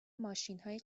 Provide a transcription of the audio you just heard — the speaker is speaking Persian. ماشینهای